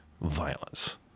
violence